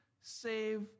save